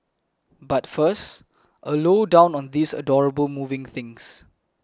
but first a low down on these adorable moving things